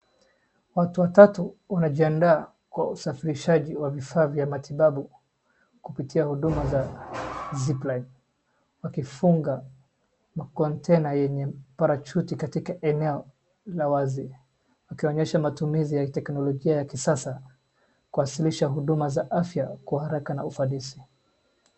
Watu watatu wanajiandaa kwa usafirishaji wa vifaa vya matibabu kupitia huduma za Zipline . Wakifunga makontena yenye parachute katika eneo la wazi, wakionyesha matumizi ya teknolojia ya kisasa kuwasilisha huduma za afya kwa haraka na ufanisi.